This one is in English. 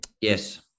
Yes